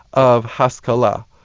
of hascalah.